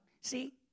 see